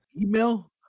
Email